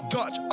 Dutch